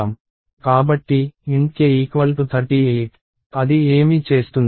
కాబట్టి Int k38 అది ఏమి చేస్తుంది